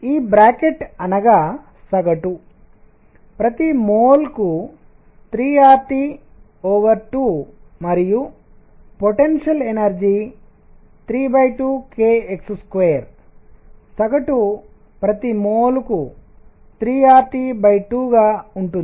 ఈ బ్రాకెట్ అనగా సగటు ప్రతి మోల్ కు 3RT2 మరియు పొటెన్షియల్ ఎనర్జీ 32kx2 సగటు ప్రతి మోల్ కు 3RT2 గా ఉంటుంది